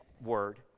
word